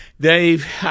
Dave